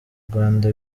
rwanda